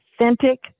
authentic